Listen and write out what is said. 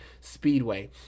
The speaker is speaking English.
Speedway